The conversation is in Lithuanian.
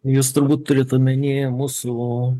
jūs turbūt turit omeny mūsų